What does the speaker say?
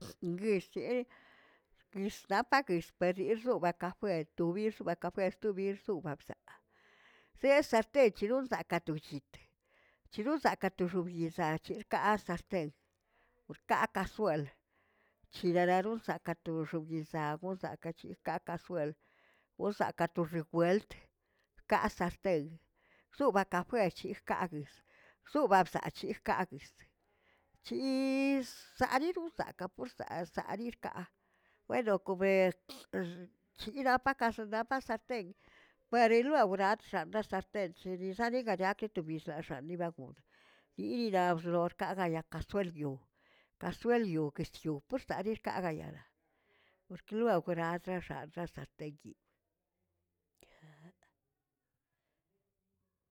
guiseꞌe guistapaꞌ guis pari urruꞌubaꞌa kafe tu bixba kafe stu bixzubabsaꞌ se'e sarten cheruꞌur zakꞌ tu llit, cheruꞌur zakaꞌ toxob yezaꞌchelꞌkaꞌar sartey, porkaꞌa kasuel, chirararo lsakaꞌ to xobyezaꞌ gol saꞌkachirka kasuel, osakaꞌ toxekwelt, kaꞌa sarten, subakafe chigkaguiz suba bsaꞌachix kaꞌaguiz, chiꞌisarirosagaꞌ porsa' sarirxkaꞌ bueno comee napaꞌ sarten pariluauraꞌ txaꞌna sarten chenizaꞌniga chegaki tubini zaxanni ba gon yenidaꞌa wrorkaꞌa ayacasuel biꞌu kasuel yokeꞌe yog'xspostale kagayalaꞌa por klorau konaxe xagꞌ cha sarten yiꞌb.